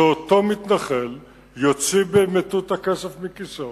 שאותו מתנחל יוציא במטותא כסף מכיסו